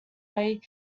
way